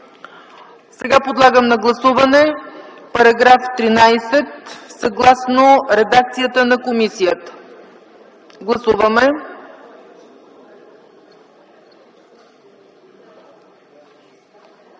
Сега подлагам на гласуване § 13, съгласно редакцията на комисията. Гласуваме.